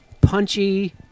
punchy